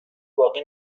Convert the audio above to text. باقی